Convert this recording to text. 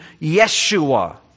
Yeshua